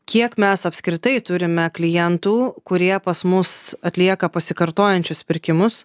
kiek mes apskritai turime klientų kurie pas mus atlieka pasikartojančius pirkimus